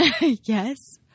yes